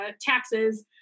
taxes